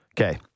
Okay